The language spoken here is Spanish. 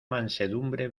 mansedumbre